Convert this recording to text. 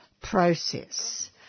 process